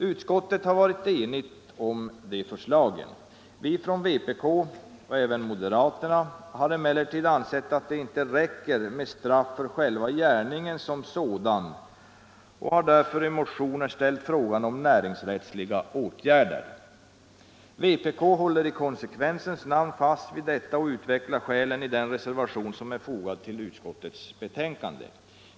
Utskottet har varit enigt om dessa förslag. Vi från vpk, och även moderaterna, har emellertid ansett att det inte räcker med straff för själva gärningen som sådan och har därför i motioner aktualiserat frågan om näringsrättsliga åtgärder. Vpk håller i konsekvensens namn fast vid detta och utvecklar skälen i den reservation som är fogad till utskottets betänkande.